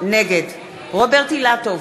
נגד רוברט אילטוב,